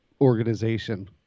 organization